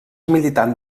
militant